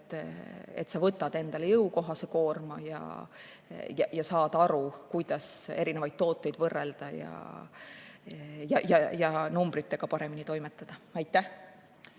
et sa võtad endale jõukohase koorma ja saad aru, kuidas erinevaid tooteid võrrelda ja numbritega paremini toimetada. Hea